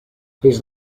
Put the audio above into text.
his